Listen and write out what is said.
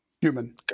Human